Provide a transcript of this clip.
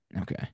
Okay